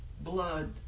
blood